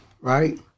right